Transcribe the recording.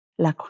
La